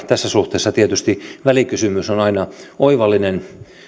tässä suhteessa tietysti välikysymys on aina oivallinen